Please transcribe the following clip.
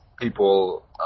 people